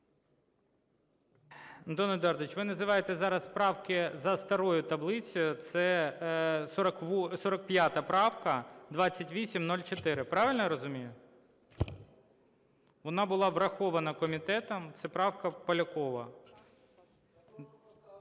Антон Едуардович, ви називаєте зараз правки за старою таблицею. Це 45 правка, 2804, правильно я розумію? Вона була врахована комітетом, це правка Полякова.